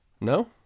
No